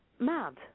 mad